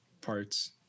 parts